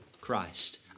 Christ